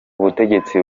ubutegetsi